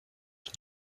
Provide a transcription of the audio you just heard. and